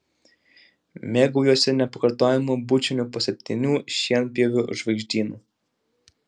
mėgaujuosi nepakartojamu bučiniu po septynių šienpjovių žvaigždynu